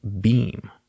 beam